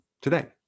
today